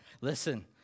Listen